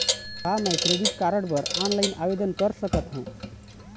का मैं credit card बर ऑनलाइन आवेदन कर सकथों?